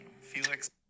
Felix